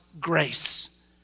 grace